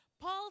Paul